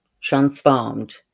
transformed